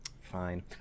Fine